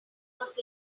was